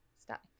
stop